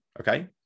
Okay